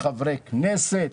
חברי כנסת?